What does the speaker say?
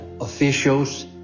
officials